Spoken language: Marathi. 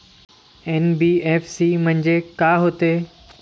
एन.बी.एफ.सी म्हणजे का होते?